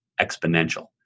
exponential